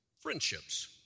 friendships